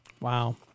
wow